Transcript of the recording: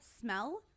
smell